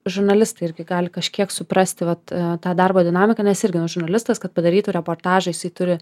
žurnalistai irgi gali kažkiek suprasti vat tą darbo dinamiką nes irgi nu žurnalistas kad padarytų reportažą jisai turi